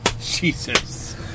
Jesus